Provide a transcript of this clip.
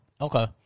Okay